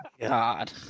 God